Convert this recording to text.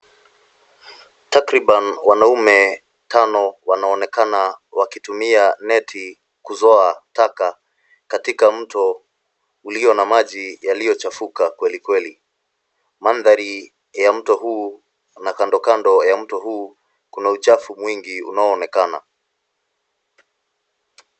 Takriban wanaume tano wanaonekana wakitumia neti kuzoa taka katika mto ulio na maji yaliyochafuka kweli kweli. Mandhari ya mto huu na kando kando ya mto huu kuna uchafu mwingi unaoonekana.